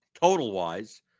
total-wise